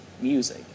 music